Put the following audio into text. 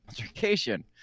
altercation